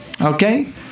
Okay